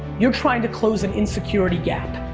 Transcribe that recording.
you're trying to close an insecurity gap.